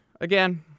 again